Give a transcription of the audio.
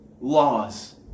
laws